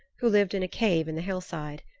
who lived in a cave in the hillside.